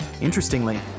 Interestingly